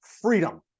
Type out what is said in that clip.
freedom